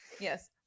Yes